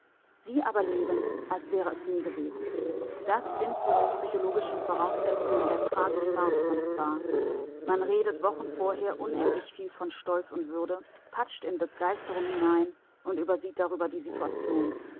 sie aber leben als wäre es nie gewesen das sind so die psychologischen voraussetzungen der tragi farce von spa man redet wochen vorher unendlich viel von stolz und würde patscht in begeisterung hinein und übersieht darüber die situation